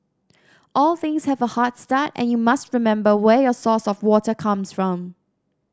all things have a hard start and you must remember where your source of water comes from